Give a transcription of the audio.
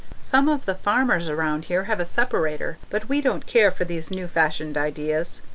some of the farmers around here have a separator, but we don't care for these new-fashioned ideas.